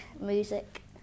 music